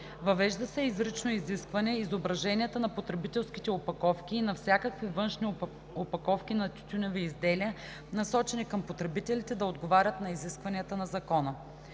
Въвежда се изрично изискване изображенията на потребителските опаковки и на всякакви външни опаковки на тютюневи изделия, насочени към потребителите, да отговарят на изискванията на закона.